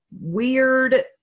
weird